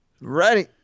Ready